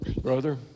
Brother